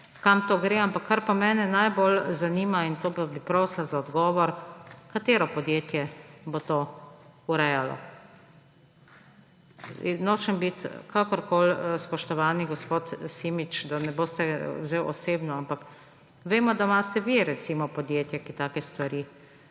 kam to gre. Kar pa mene najbolj zanima in bi prosila za odgovor – katero podjetje bo to urejalo? Nočem biti kakorkoli … Spoštovani gospod Simič, da ne boste vzeli osebno, ampak vemo, da imate vi recimo podjetje, ki take stvari